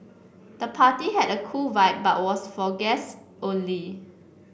the party had a cool vibe but was for guests only